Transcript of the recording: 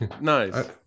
Nice